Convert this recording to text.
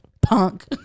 punk